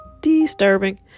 Disturbing